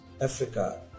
Africa